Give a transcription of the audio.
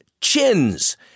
Chin's